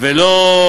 ולא,